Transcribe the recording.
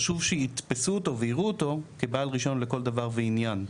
חשוב שיתפסו אותו ויראו אותו כבעל רישיון לכל דבר ועניין,